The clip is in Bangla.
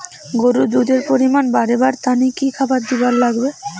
গরুর দুধ এর পরিমাণ বারেবার তানে কি খাবার দিবার লাগবে?